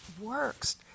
works